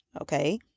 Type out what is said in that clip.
Okay